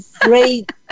great